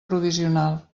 provisional